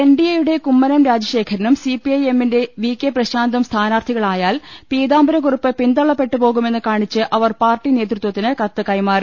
N ഡി എയുടെ കുമ്മനം രാജശേഖരനും സിപിഐഎ മ്മിന്റെ വി കൌപ്രശാന്തും സ്ഥാനാർത്ഥികളായാൽ പീതാംബര കുറുപ്പ് പിന്തള്ളപ്പെട്ടുപോകുമെന്ന് കാണിച്ച് അവർ പാർട്ടി നേതൃ ത്വത്തിന് കത്ത് കൈമാറി